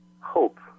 hope